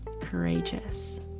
courageous